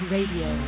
Radio